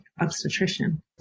obstetrician